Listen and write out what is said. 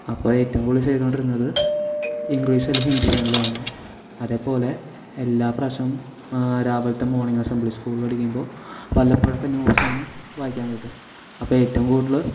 അപ്പോൾ ഏറ്റവും കൂടുതൽ ചെയ്തുകൊണ്ടിരുന്നത് ഇംഗ്ലീഷ് അല്ലെങ്കിൽ ഹിന്ദി ചാനൽ ആണ് അതേപോലെ എല്ലാ പ്രാവശ്യവും രാവിലത്തെ മോർണിംഗ് അസംബ്ലി സ്കൂളിൽ പഠിക്കുമ്പോൾ വല്ലപ്പോഴും ഒക്കെ ന്യൂസ് ഇങ്ങനെ വായിക്കാൻ കിട്ടും അപ്പം ഏറ്റവും കൂടുതൽ